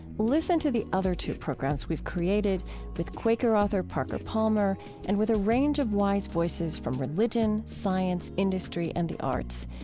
listen to the other two programs we've created with quaker author parker palmer and with a range of wise voices from religion, science, industry, and the arts.